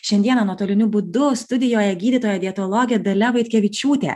šiandieną nuotoliniu būdu studijoje gydytoja dietologė dalia vaitkevičiūtė